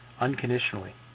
unconditionally